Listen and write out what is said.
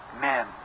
men